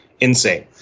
insane